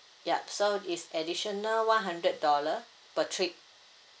yup so is additional one hundred dollar per trip